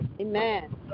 Amen